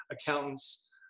accountants